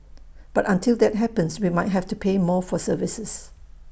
but until that happens we might have to pay more for services